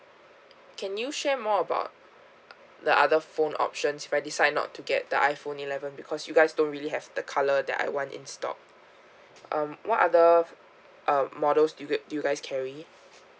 can you share more about the other phone options if I decide not to get the iphone eleven because you guys don't really have the color that I want in stock um what other uh models do you g~ do you guys carry